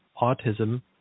autism